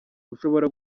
ushobora